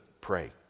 pray